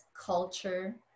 culture